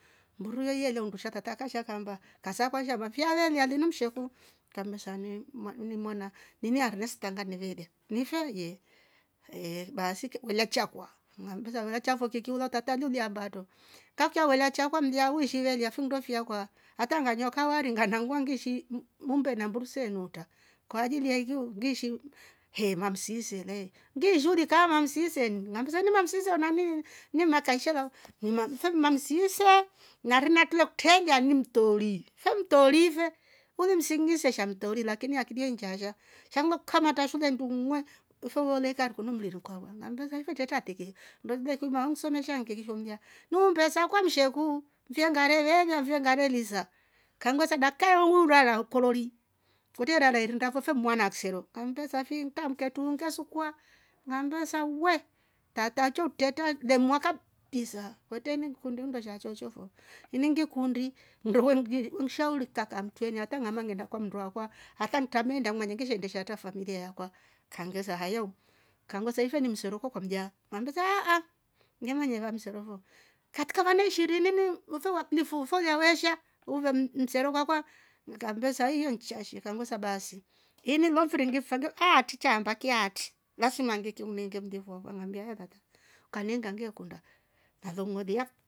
Mburu yo yeela undusha tataa akasha akaamba kasaakwa fi alolya linu msheku tukambesa ni- ni mwana ini arivesta ngane veeliya nife? Yee eeh baasi ila chakwa ngammbesa ilya chafo kikiulya tata niuliamba atroo ngakuiya wela chao kwa mmlya uishi iveelya finndo fyakwa hata nganywa kawari nganangwa ngiishi umbe na mburu see nuutra kwaajili ya ikiu ngiishi he! Mamsiise le ngishi ulikaama mamsiise ini masiise ana ni mataifa lau ife ni mamsiise na rina trule kutreelia ni mtori fe mtori ife uli msiing'ise sha mtori lakini akili yo injaasha sha nngekukamtra shule nduung'we ufe woola ikari kunu mviri kwakwa ngambesa ive treta tiki nndo kile kuima insomesha nnkiki sho mlya ni umbe sakwa msheku fi angaare veelya fi angaare lisa kanvesa dakika i urara korori kwtre irara irinda fo fe ni mwana a kisero ngambesa fi ntrambuke truhu nge sukwa ngambesa wee! Tata cho utreta lemwaa kaabisa kwetre ini ngikundi nndo sha choocho fo iningikundi nndo we ng'shauri kikaa mtwreni hatang'ama ngeenda kwa mmndu akwa hata ntrameenda ngimanye ngeshe endesha atra familia akwa ngammbesa hayaa u. kanmbesa ife ni msero kwakwa mlya ngammbesa aah ngemanya iva msero fo katika vana ishirini nfe wakilifu nfe walya wesha. uve msero kwakwa nkammbesa iyo ni chashi kanvesa baasi ili inilo mfiri ngefa aatri chaamba ki aatri lasma ngikimninge mlifu ngambia tata kaniinga nge kunda